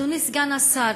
אדוני סגן השר,